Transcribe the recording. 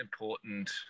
important